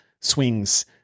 swings